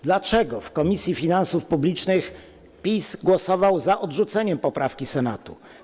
Dlaczego w Komisji Finansów Publicznych PiS głosował za odrzuceniem poprawki Senatu?